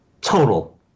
total